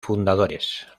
fundadores